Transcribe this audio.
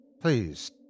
Please